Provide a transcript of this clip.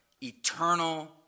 eternal